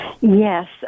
Yes